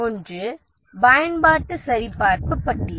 ஒன்று பயன்பாட்டு சரிபார்ப்பு பட்டியல்